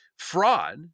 Fraud